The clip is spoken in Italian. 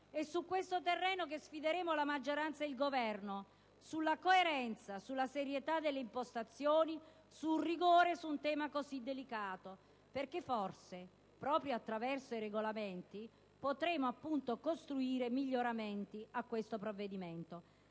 È su questo terreno che sfideremo la maggioranza e il Governo, sulla coerenza, sulla serietà delle impostazioni, sul rigore necessario ad affrontare un tema così delicato, perché forse, proprio attraverso i regolamenti, potremo apportare miglioramenti al provvedimento